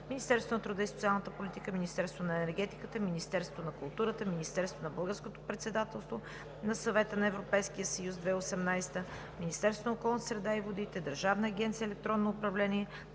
Министерството на труда и социалната политика, Министерството на енергетиката, Министерството на културата, Министерството на Българското председателство на Съвета на Европейския съюз 2018 г., Министерството на околната среда и водите, Държавната агенция „Електронно управление“,